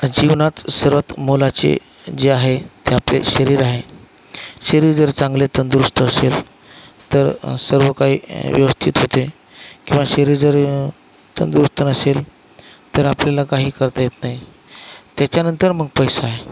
जीवनात सर्वात मोलाचे जे आहे ते आपले शरीर आहे शरीर जर चांगले तंदुरुस्त असेल तर सर्व काही व्यवस्थित होते किंवा शरीर जर तंदुरुस्त नसेल तर आपल्याला काही करता येत नाही त्याच्यानंतर मग पैसा आहे